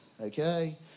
Okay